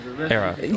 era